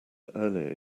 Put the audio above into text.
earlier